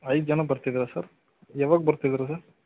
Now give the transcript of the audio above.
ಐದು ಜನ ಬರ್ತಿದ್ದೀರಾ ಸರ್ ಯಾವಾಗ ಬರ್ತಿದ್ದೀರಾ ಸರ್